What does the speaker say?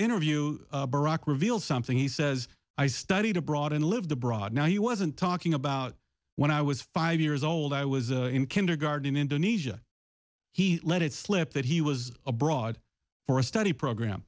interview barack reveals something he says i studied abroad and lived abroad now he wasn't talking about when i was five years old i was in kindergarten in indonesia he let it slip that he was abroad for a study program